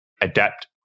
adapt